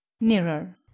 nearer